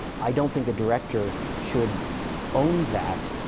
i don't think a director should own that.